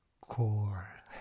core